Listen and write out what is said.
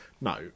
No